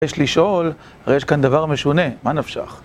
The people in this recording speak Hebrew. יש לשאול, הרי יש כאן דבר משונה, מה נפשך?